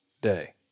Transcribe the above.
day